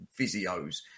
physios